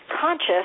conscious